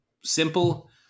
simple